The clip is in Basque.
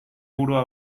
burua